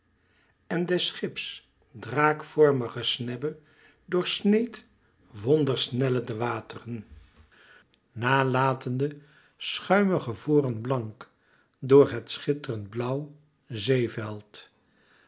en des schips draakvormige snebbe door sneed wondersnelle de wateren na latende schuimige voren blank door het schitterend blauwe zeeveld